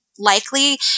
likely